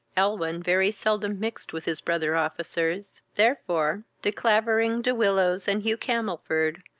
elwyn very seldom mixed with his brother officers therefore de clavering, de willows, and hugh camelford,